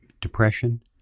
depression